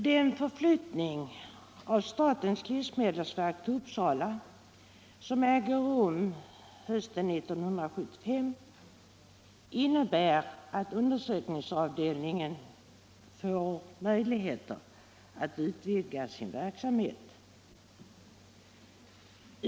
Den förflyttning av statens livsmedelsverk till Uppsala, som äger rum hösten 1975, innebär att undersökningsavdelningen får möjligheter att utvidga sin verksamhet.